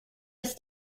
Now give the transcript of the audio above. ist